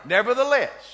Nevertheless